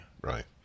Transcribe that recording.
Right